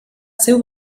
seu